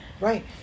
right